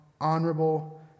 honorable